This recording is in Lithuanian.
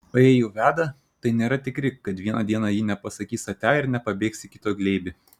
o jei jau veda tai nėra tikri kad vieną dieną ji nepasakys atia ir nepabėgs į kito glėbį